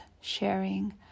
sharing